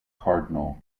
cardinal